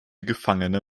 gefangene